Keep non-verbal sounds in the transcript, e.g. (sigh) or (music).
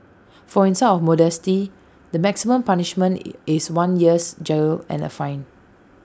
for insult of modesty the maximum punishment (noise) is one year's jail and A fine